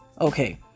Okay